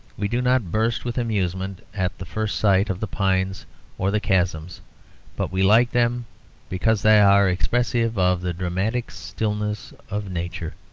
we do not burst with amusement at the first sight of the pines or the chasm but we like them because they are expressive of the dramatic stillness of nature,